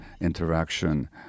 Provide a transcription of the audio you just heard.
interaction